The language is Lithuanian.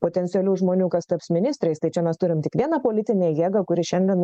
potencialių žmonių kas taps ministrais tai čia mes turim tik vieną politinę jėgą kuri šiandien